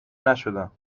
نشدم